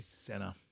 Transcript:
center